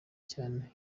cyane